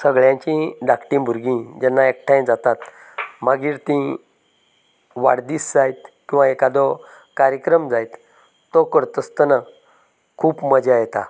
सगळ्यांची धाकटी भुरगीं जेन्ना एकठांय जातात मागीर ती वाडदीस जायत किंवा एकादो कार्यक्रम जायत तो करता आसतना खूब मजा येता